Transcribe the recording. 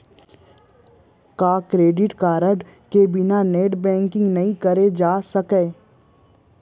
का debit card के बिना नेट बैंकिंग नई करे जाथे सके?